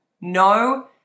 No